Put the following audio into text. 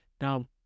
Now